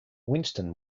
winston